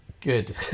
Good